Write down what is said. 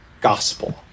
gospel